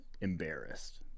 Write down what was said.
embarrassed